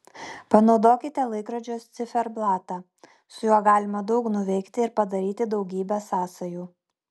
panaudokite laikrodžio ciferblatą su juo galima daug nuveikti ir padaryti daugybę sąsajų